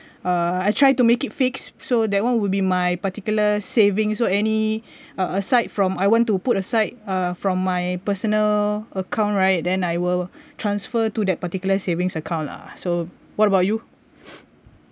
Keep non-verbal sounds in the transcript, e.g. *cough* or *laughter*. uh I try to make it fixed so that one would be my particular saving so any aside from I want to put aside uh from my personal account right then I will transfer to that particular savings account lah so what about you *breath*